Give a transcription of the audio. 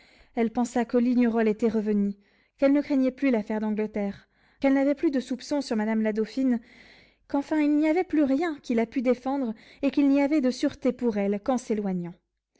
elle pensa que lignerolles était revenu qu'elle ne craignait plus l'affaire d'angleterre qu'elle n'avait plus de soupçons sur madame la dauphine qu'enfin il n'y avait plus rien qui la pût défendre et qu'il n'y avait de sûreté pour elle qu'en s'éloignant